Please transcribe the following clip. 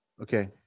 okay